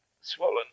Swollen